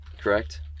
Correct